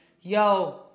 yo